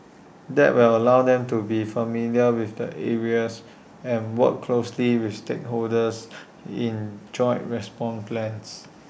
that will allow them to be familiar with the areas and work closely with stakeholders in joint response plans